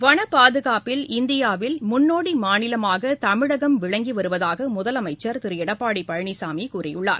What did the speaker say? வளப் பாதுகாப்பில் இந்தியாவில் முன்னோடி மாநிலமாக தமிழகம் விளங்கி வருவதாக முதலமைச்சர் திரு எடப்பாடி பழனிசாமி கூறியுள்ளார்